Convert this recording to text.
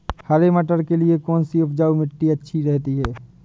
हरे मटर के लिए कौन सी उपजाऊ मिट्टी अच्छी रहती है?